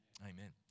Amen